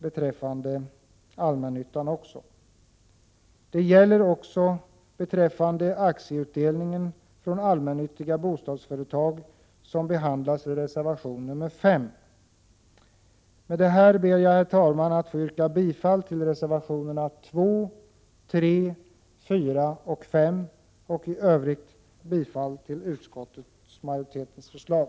Det gäller också centerns inställning beträffande aktieutdelningen från allmännyttiga bostadsföretag som behandlas i reservation 5. Herr talman! Med det anförda ber jag att få yrka bifall till reservationerna 2, 3, 4 och 5 och i övrigt till utskottets hemställan.